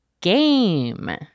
game